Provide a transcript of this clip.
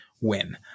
win